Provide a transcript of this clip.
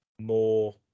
more